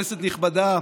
כנסת נכבדה,